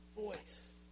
voice